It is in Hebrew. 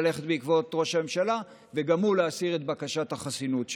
ללכת בעקבות ראש הממשלה ולהסיר גם הוא את בקשת החסינות שלו.